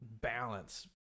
balance